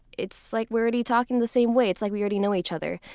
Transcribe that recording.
it's like we're already talking the same way. it's like we already know each other.